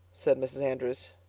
said mrs. andrews.